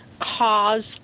cause